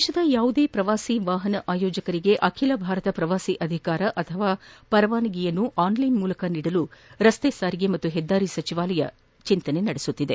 ದೇಶದ ಯಾವುದೇ ಶ್ರವಾಸಿ ವಾಹನ ಆಯೋಜಕರಿಗೆ ಅಖಿಲ ಭಾರತ ಪ್ರವಾಸಿ ಅಧಿಕಾರ ಅಥವಾ ಪರವಾನಿಯನ್ನು ಆನ್ಲೈನ್ ಮೂಲಕ ನೀಡಲು ರಸ್ತೆ ಸಾರಿಗೆ ಮತ್ತು ಹೆದ್ದಾರಿ ಸಚಿವಾಲಯ ಚಿಂತನೆ ನಡೆಸುತ್ತಿದೆ